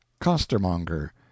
costermonger